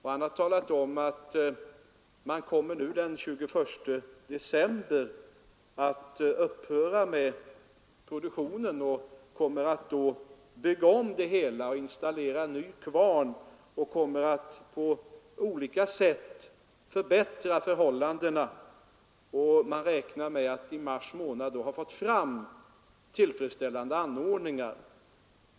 Han har talat om att man den 21 december kommer att upphöra med produktionen. Man kommer att bygga om anläggningen, installera en ny kvarn och på olika sätt förbättra förhållandena, och man räknar med att i mars månad ha fått fram tillfredsställande anordningar.